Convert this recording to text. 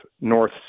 North